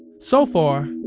so far,